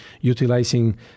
utilizing